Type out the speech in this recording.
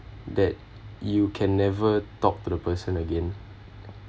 that you can never talk to the person again